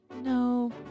No